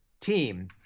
team